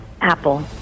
Apple